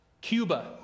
Cuba